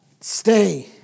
Stay